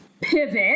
pivot